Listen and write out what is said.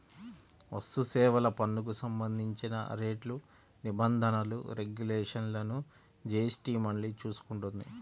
వస్తుసేవల పన్నుకు సంబంధించిన రేట్లు, నిబంధనలు, రెగ్యులేషన్లను జీఎస్టీ మండలి చూసుకుంటుంది